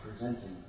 presenting